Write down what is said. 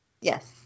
Yes